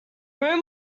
room